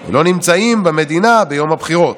ולא נמצאים במדינה ביום הבחירות,